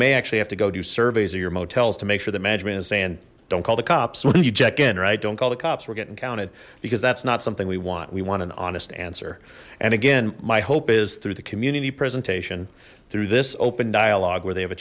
may actually have to go do surveys or your motels to make sure that management is saying don't call the cops when you check in right don't call the cops we're getting counted because that's not something we want we want an honest answer and again my hope is through the community presentation through this open dialogue where they have a